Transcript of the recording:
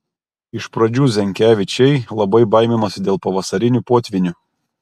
iš pradžių zenkevičiai labai baiminosi dėl pavasarinių potvynių